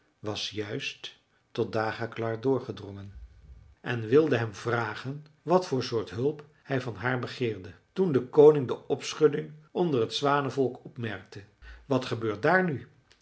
was juist tot dagaklar doorgedrongen en wilde hem vragen wat voor soort hulp hij van haar begeerde toen de koning de opschudding onder het zwanenvolk opmerkte wat gebeurt daar nu